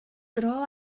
dro